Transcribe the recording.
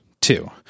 Two